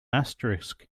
asterisk